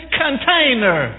container